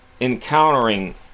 encountering